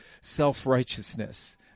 self-righteousness